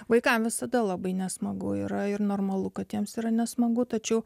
vaikams visada labai nesmagu yra ir normalu kad jiems yra nesmagu tačiau